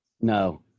No